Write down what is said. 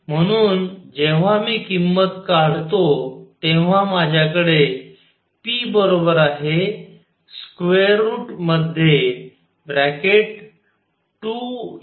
म्हणून जेव्हा मी किंमत काढतो तेव्हा माझ्याकडे p √ आहे